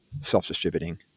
self-distributing